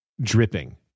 dripping